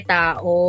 tao